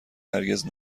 هرگز